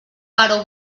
però